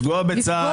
לפגוע בצה"ל.